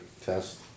test